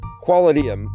quality